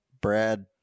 brad